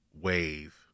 wave